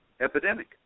epidemic